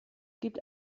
gibt